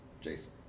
Jason